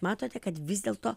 matote kad vis dėlto